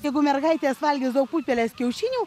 jeigu mergaitės valgys daug putpelės kiaušinių